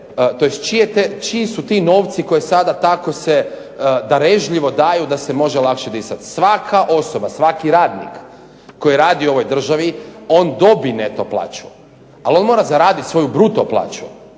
krajeva čiji su ti novci koji se sada tako darežljivo daju da se može lakše disati? Svaka osoba, svaki radnik koji radi u ovoj državi on dobije neto plaću, ali on mora zaraditi svoju bruto plaću